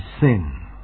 sin